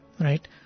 Right